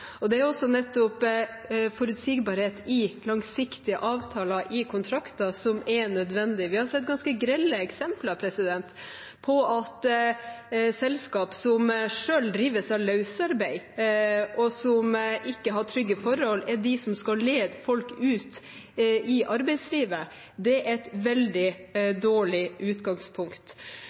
Det er også nettopp forutsigbarhet i langsiktige avtaler, i kontrakter, som er nødvendig. Vi har sett ganske grelle eksempler på at selskap som selv drives av løsarbeid, og som ikke har trygge forhold, er de som skal lede folk ut i arbeidslivet. Det er et veldig dårlig utgangspunkt.